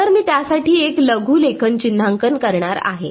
तर मी त्यासाठी एक लघुलेखन चिन्हांकन करणार आहे